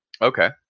Okay